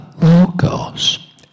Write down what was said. Logos